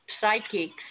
psychics